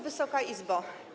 Wysoka Izbo!